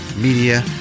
media